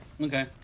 okay